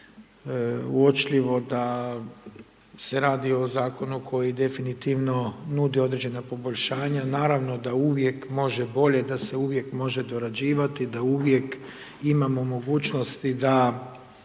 uočljivo da se radi o Zakonu koji definitivno nudi određena poboljšanja, naravno da uvijek može bolje, da se uvijek može dorađivati, da uvijek imamo mogućnosti da